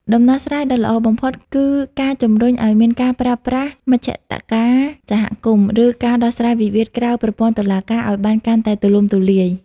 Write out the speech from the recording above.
ដំណោះស្រាយដ៏ល្អបំផុត គឺការជម្រុញឱ្យមានការប្រើប្រាស់មជ្ឈត្តការសហគមន៍ ឬការដោះស្រាយវិវាទក្រៅប្រព័ន្ធតុលាការឱ្យបានកាន់តែទូលំទូលាយ។